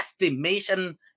estimation